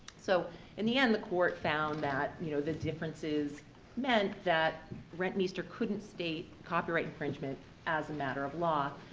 so in the end, the court found that you know the differences meant that rentmeester couldn't state copyright infringement as a matter of law.